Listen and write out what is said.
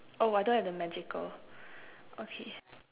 oh I don't have the magical oh